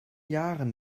jahren